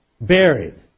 buried